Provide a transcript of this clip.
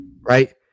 right